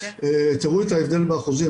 תראו את ההבדל באחוזים,